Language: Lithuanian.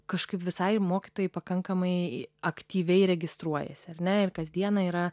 kažkaip visai mokytojai pakankamai aktyviai registruojasi ar ne ir kasdieną yra